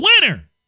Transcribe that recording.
winner